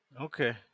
Okay